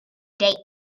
date